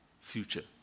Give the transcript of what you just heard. future